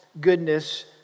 goodness